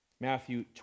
Matthew